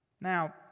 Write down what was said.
Now